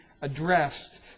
addressed